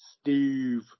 Steve